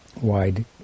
wide